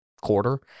quarter